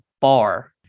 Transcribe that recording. bar